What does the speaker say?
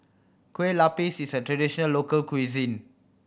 kue lupis is a traditional local cuisine